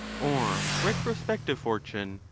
or retro spective fortune,